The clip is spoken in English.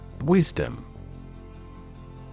Wisdom